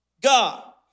God